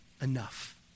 enough